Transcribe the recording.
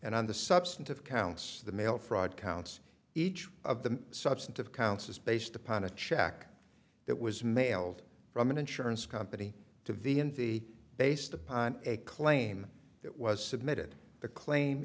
and on the substantive counts the mail fraud counts each of the substantive counts is based upon a check that was mailed from an insurance company to v and the based upon a claim that was submitted the claim